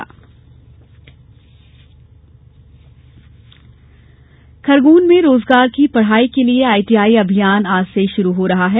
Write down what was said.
आई TI अभियान खरगोन में रोजगार की पढ़ाई के लिए आईटीआई अभियान आज से शुरू हो रहा है